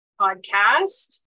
podcast